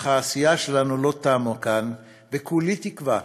אך העשייה שלנו לא תמה כאן, וכולי תקווה